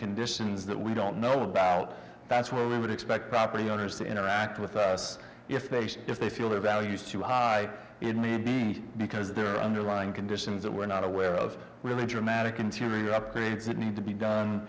conditions that we don't know about that's where we would expect property owners to interact with us if they see if they feel their values to it may be because their underlying conditions that we're not aware of really dramatic interior upgrades that need to be done